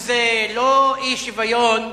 אם זה לא אי-שוויון,